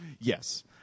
Yes